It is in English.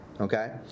Okay